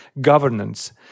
governance